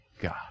God